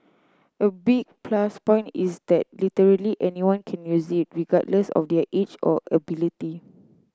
a big plus point is that literally anyone can use it regardless of their age or ability